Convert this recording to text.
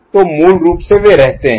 तो मूल रूप से वे रहते हैं